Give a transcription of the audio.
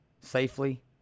safely